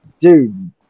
dude